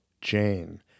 Jane